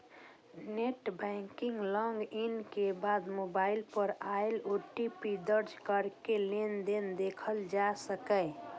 net banking log in के बाद mobile पर आयल ओ.टी.पी दर्ज कैरके लेनदेन देखल जा सकैए